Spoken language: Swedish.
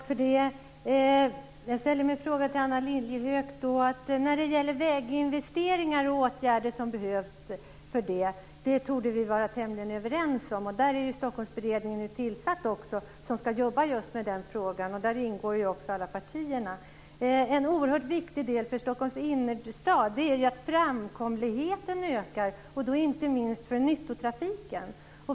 Fru talman! Jag vill till Anna Lilliehöök ställa en fråga om åtgärder som behövs för väginvesteringar, något som vi torde vara tämligen överens om. Stockholmsberedningen, i vilken alla riksdagspartier ingår, har nu tillsatts för att arbeta med den frågan. Något som är oerhört viktigt för Stockholms innerstad är att framkomligheten ökar, inte minst för nyttotrafiken.